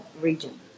region